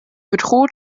bedroht